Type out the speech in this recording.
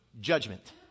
judgment